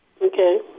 Okay